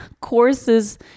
courses